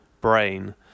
brain